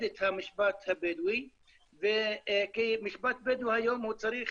את המשפט הבדואי והמשפט הבדואי היום צריך